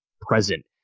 present